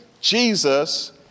Jesus